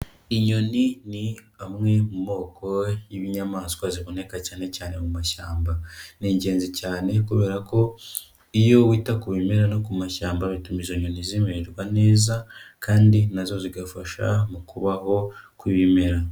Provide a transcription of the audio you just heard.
Inyoni ni amwe mu moko y'inyamaswa ziboneka cyane cyane mu mashyamba, ni ingenzi cyane kubera ko iyo wita ku bimera no ku mashyamba bituma izo inyoni zimererwa neza kandi na zo zigafasha mu kubaho kw'ibimera.